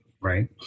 right